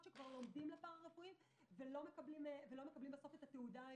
שכבר לומדים לפרה-רפואי והיום לא מקבלים בסוף את התעודה.